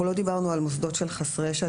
לא דיברנו על מוסדות של חסרי ישע.